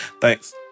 Thanks